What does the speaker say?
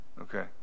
Okay